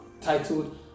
titled